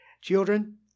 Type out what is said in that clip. Children